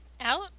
out